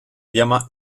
llama